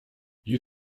you